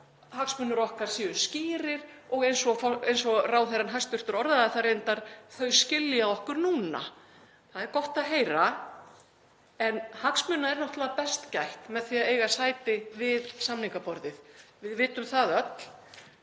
hagsmunir okkar séu skýrir, og eins og hæstv. ráðherra hæstv. orðaði það reyndar: „Þau skilja okkur núna.“ Það er gott að heyra, en hagsmuna er náttúrlega best gætt með því að eiga sæti við samningaborðið. Við vitum það öll.